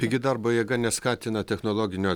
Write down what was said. pigi darbo jėga neskatina technologinio